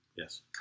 Yes